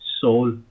soul